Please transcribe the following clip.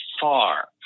far